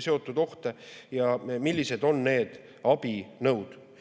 seotud ohte ja millised on abinõud.